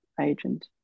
agent